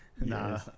nah